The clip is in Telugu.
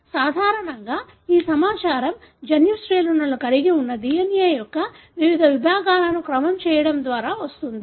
సాధారణంగా ఈ సమాచారం జన్యు శ్రేణులను కలిగి ఉన్న DNA యొక్క వివిధ విభాగాలను క్రమం చేయడం ద్వారా వస్తుంది